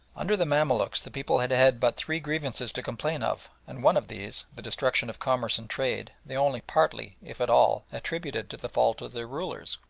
under the mamaluks the people had had but three grievances to complain of, and one of these, the destruction of commerce and trade, they only partly, if at all, attributed to the fault of their rulers.